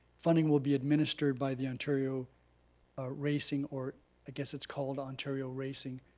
funding will be administered by the ontario ah racing, or i guess it's called ontario racing,